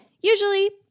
usually